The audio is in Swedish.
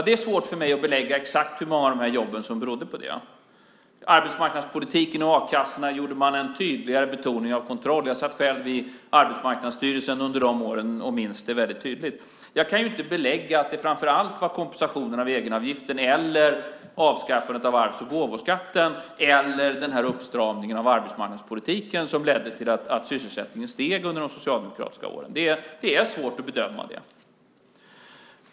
Det är svårt för mig att belägga exakt hur många av jobben som berodde på detta. När det gäller arbetsmarknadspolitiken och a-kassorna gjorde man en tydligare betoning av kontroll. Jag satt själv i Arbetsmarknadsstyrelsen under de åren och minns detta väldigt tydligt. Jag kan inte belägga att det framför allt var kompensationen för egenavgiften, avskaffandet av arvs och gåvoskatten eller denna uppstramning av arbetsmarknadspolitiken som ledde till att sysselsättningen steg under de socialdemokratiska åren. Det är svårt att bedöma.